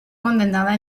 condenada